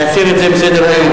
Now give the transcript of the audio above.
להסיר את זה מסדר-היום.